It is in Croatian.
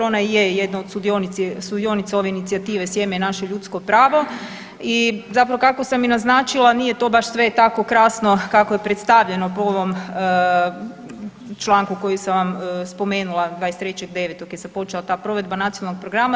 Ona je jedna od sudionica ove inicijative „Sjeme je naše ljudsko pravo“ i zapravo kako sam i naznačila nije to baš sve tako krasno kako je predstavljeno po ovom članku koji sam vam spomenula 23. 9. je započela ta provedba Nacionalnog programa.